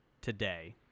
today